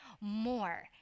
more